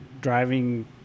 driving